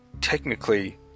technically